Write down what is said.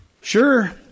sure